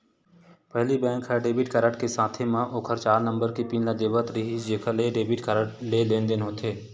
पहिली बेंक ह debit card के साथे म ओखर चार नंबर के पिन ल देवत रिहिस जेखर ले डेबिट कारड ले लेनदेन होथे